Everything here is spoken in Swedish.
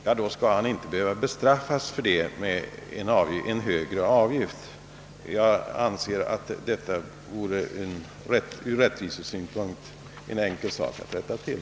För det borde han inte bestraffas med en högre avgift. Jag anser att detta ur rättvisesynpunkt vore en enkel sak att rätta till.